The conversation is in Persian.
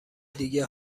دیگه